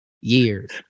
years